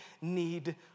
need